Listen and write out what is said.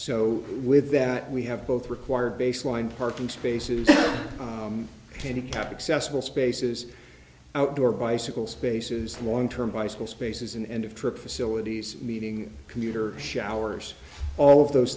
so with that we have both required baseline parking spaces handicapped accessible spaces outdoor bicycle spaces long term bicycle spaces and of trip facilities meeting commuter showers all of those